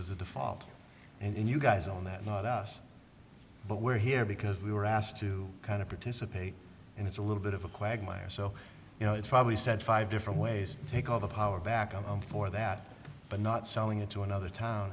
a default and you guys own that not us but we're here because we were asked to kind of participate and it's a little bit of a quagmire so you know it's probably said five different ways to take all the power back on for that but not selling it to another town